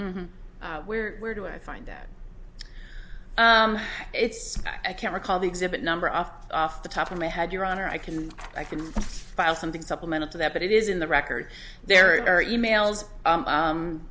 account where where do i find that it's i can't recall the exhibit number off off the top of my head your honor i can i can file something supplemental to that but it is in the record there are e mails